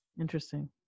Interesting